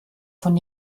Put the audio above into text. von